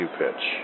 pitch